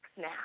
now